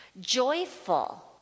joyful